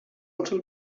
until